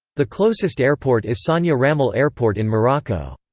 the closest airport is sania ramel airport in morocco.